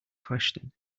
question